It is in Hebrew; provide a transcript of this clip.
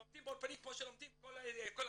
לומדים באולפנים כמו שלומדים כל הקהילות